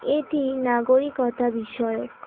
এটি নাগরিকতা বিষয়ক